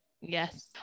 yes